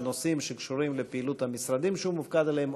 בנושאים שקשורים לפעילות המשרדים שהוא מופקד עליהם,